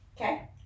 Okay